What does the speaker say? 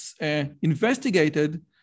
investigated